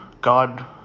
God